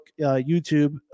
YouTube